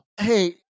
Hey